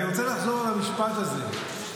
אני רוצה לחזור על המשפט הזה,